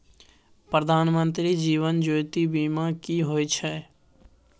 प्रधानमंत्री जीवन ज्योती बीमा की होय छै?